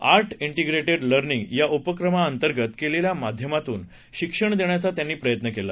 art integrated learning या उपक्रमांतर्गत कलेच्या माध्यमातून शिक्षण देण्याचा त्यांनी प्रयत्न केला